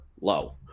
low